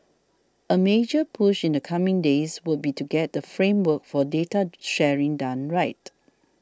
a major push in the coming days would be to get the framework for data sharing done right